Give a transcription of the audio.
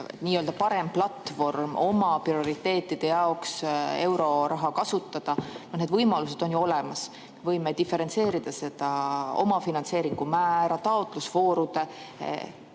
parem platvorm oma prioriteetide jaoks euroraha kasutada, on ju olemas. Võime diferentseerida seda omafinantseeringu määra, taotlusvoorudes